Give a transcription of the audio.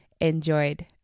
enjoyed